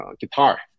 guitar